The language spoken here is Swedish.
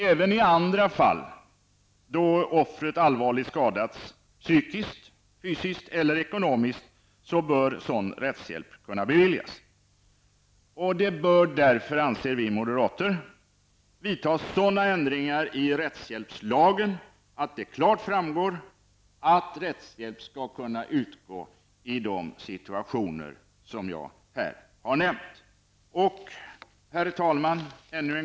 Även i andra fall då offret allvarligt skadats fysiskt, psykiskt eller ekonomiskt, bör sådan rättshjälp kunna beviljas. Det bör därför, anser vi moderater, vidtas sådana ändringar i rättshjälpslagen att det klart framgår att rättshjälp skall kunna utgå i de situationer som jag här har nämnt. Herr talman!